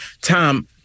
Tom